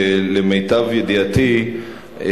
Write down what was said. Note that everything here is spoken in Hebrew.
שלמיטב ידיעתי,